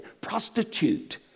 prostitute